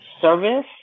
service